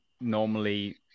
normally